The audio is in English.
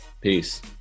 Peace